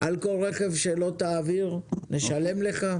כל רכב שהוא לא יעביר, ישלמו לו?